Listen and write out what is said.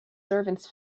servants